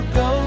go